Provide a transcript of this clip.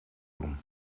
doen